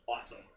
awesome